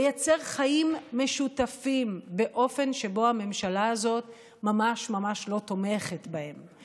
לייצר חיים משותפים באופן שבו הממשלה הזאת ממש לא תומכת בהם,